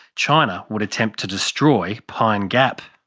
china would attempt to destroy pine gap.